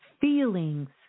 feelings